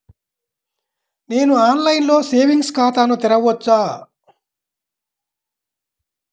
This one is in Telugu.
నేను ఆన్లైన్లో సేవింగ్స్ ఖాతాను తెరవవచ్చా?